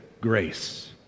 grace